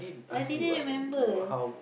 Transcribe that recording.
I didn't remember